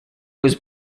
was